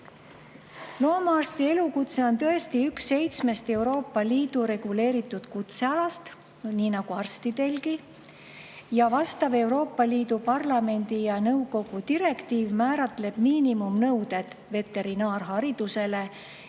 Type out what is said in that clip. elukutse on tõesti üks seitsmest Euroopa Liidu reguleeritud kutsealast, nii nagu arstidelgi, ning vastav Euroopa Parlamendi ja nõukogu direktiiv määratleb miinimumnõuded veterinaarharidusele